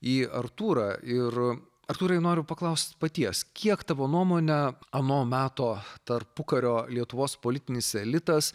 į artūrą ir artūrai noriu paklausti paties kiek tavo nuomone ano meto tarpukario lietuvos politinis elitas